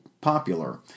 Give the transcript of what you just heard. popular